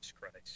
Christ